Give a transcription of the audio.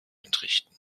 entrichten